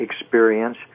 experience